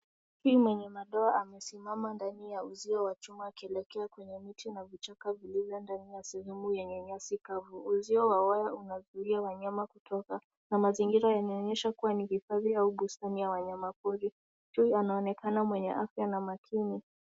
Fisi mwenye madoa amesimama ndani ya uzio wa chuma akielekea kwenye kiti na vichaka vilivyo ndani ya sehemu yenye nyasi kavu. Uzio wa waya unazuia wanyama kutoka, na mazingira yanaonyesha ni hifadhi au bustani ya wanyama pori. Chui anaonekana mwenye afya na makini.